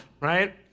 right